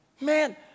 Man